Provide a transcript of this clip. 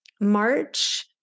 March